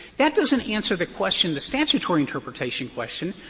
that doesn't answer the question, the statutory interpretation question,